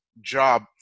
job